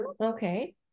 Okay